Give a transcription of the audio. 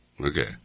Okay